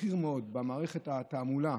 בכיר מאוד במערכת התעמולה